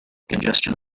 congestion